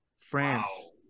France